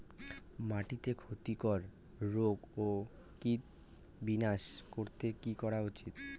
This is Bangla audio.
মাটিতে ক্ষতি কর রোগ ও কীট বিনাশ করতে কি করা উচিৎ?